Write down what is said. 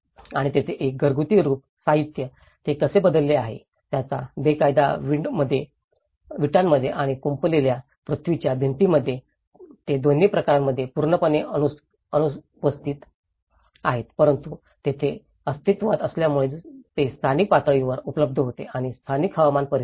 आणि तेथे एक घरगुती रूप साहित्य ते कसे बदलले आहेत आता बेकायदा विटांमध्ये आणि कुंपलेल्या पृथ्वीच्या भिंतींमध्ये ते दोन्ही प्रकरणांमध्ये पूर्णपणे अनुपस्थित आहेत परंतु येथे ते अस्तित्त्वात असल्यामुळे ते स्थानिक पातळीवर उपलब्ध होते आणि स्थानिक हवामान परिस्थिती